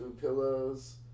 pillows